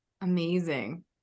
Amazing